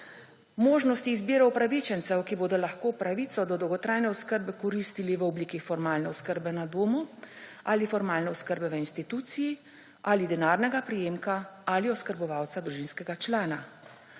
Možnosti izbire upravičence, ki bodo lahko pravico do dolgotrajne oskrbe koristili v oblike formalne oskrbe na domu ali formalne oskrbe v instituciji ali denarnega prejemka ali oskrbovalca družinskega člana.